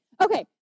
okay